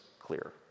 clear